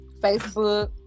Facebook